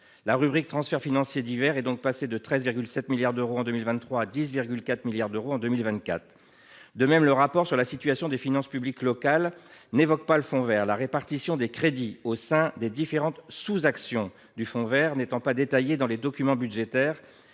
la rubrique « Transferts financiers divers » est passée de 13,7 milliards d’euros en 2023 à 10,4 milliards d’euros en 2024. Le rapport sur la situation des finances publiques locales n’évoque pas davantage le fonds vert. La répartition des crédits au sein des différentes sous actions du fonds vert n’étant pas détaillée dans les documents budgétaires,